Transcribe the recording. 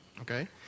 Okay